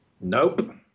nope